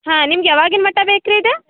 ಹಾಂ ನಿಮ್ಗೆ ಯಾವಾಗಿನ ಮಟ್ಟ ಬೇಕು ರೀ ಇದು